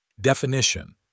Definition